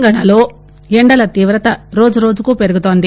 తెలంగాణలోఎండల తీవ్రత రోజురోజుకు పెరుగుతున్నది